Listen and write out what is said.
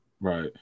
right